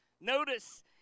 Notice